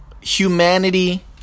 humanity